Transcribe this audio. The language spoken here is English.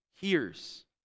hears